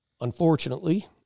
Unfortunately